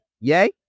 yay